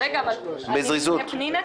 אני ביקשתי נושא חדש על ההסתייגויות